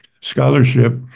scholarship